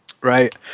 right